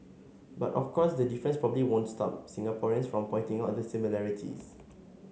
but of course the difference probably won't stop Singaporeans from pointing out the similarities